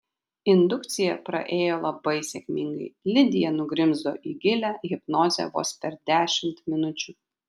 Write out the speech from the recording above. indukcija praėjo labai sėkmingai lidija nugrimzdo į gilią hipnozę vos per dešimt minučių